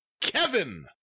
Kevin